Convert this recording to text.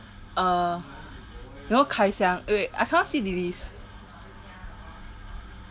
uh you know kai xiang eh wait I cannot see dilis